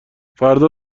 فردا